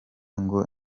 ngo